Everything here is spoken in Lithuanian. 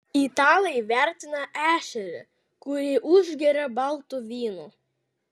italai vertina ešerį kurį užgeria baltu vynu